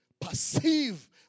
perceive